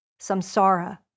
samsara